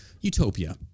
Utopia